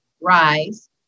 rise